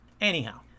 Anyhow